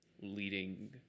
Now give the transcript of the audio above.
leading